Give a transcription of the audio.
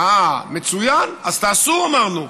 אה, מצוין, אז תעשו, אמרנו.